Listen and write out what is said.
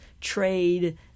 trade